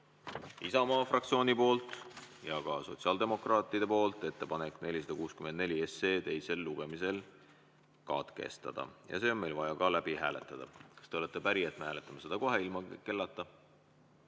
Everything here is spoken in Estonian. Isamaa fraktsioonilt ja ka sotsiaaldemokraatidelt ettepanek 464 SE teine lugemine katkestada ja see on meil vaja ka läbi hääletada. Kas te olete päri, et me hääletame seda kohe ilma kellata?